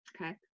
Okay